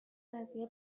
قضیه